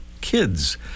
Kids